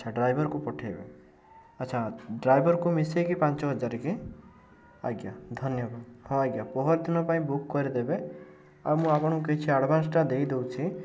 ଆଚ୍ଛା ଡ୍ରାଇଭର୍କୁ ପଠାଇବେ ଆଚ୍ଛା ଡ୍ରାଇଭର୍କୁ ମିଶାଇକି ପାଞ୍ଚ ହଜାର କି ଆଜ୍ଞା ଧନ୍ୟବାଦ ପହରଦିନ ପାଇଁ ବୁକ୍ କରିଦେବେ ଆଉ ମୁଁ କିଛି ଆପଣଙ୍କୁ ଆଡ଼ଭାନ୍ସଟା ଦେଇ ଦେଉଛି ଆଉ